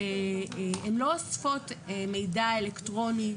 הן לא אוספות מידע אלקטרוני,